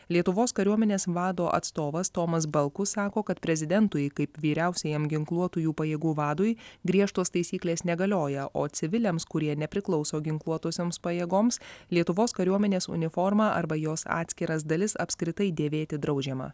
lietuvos kariuomenės vado atstovas tomas balkus sako kad prezidentui kaip vyriausiajam ginkluotųjų pajėgų vadui griežtos taisyklės negalioja o civiliams kurie nepriklauso ginkluotosioms pajėgoms lietuvos kariuomenės uniformą arba jos atskiras dalis apskritai dėvėti draudžiama